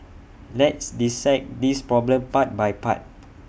let's dissect this problem part by part